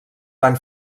van